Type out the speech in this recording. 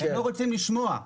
הם לא רוצים לשמוע.